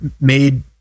made